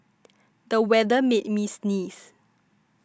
the weather made me sneeze